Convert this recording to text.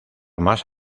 más